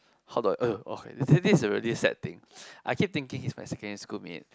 how do I !aiyo! okay this this is a really sad thing I keep thinking he's my secondary schoolmate